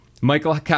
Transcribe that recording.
Michael